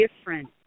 different